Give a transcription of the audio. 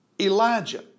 Elijah